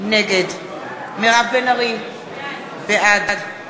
נגד מירב בן ארי, בעד